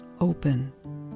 open